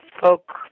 folk